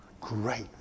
Great